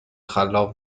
خلاق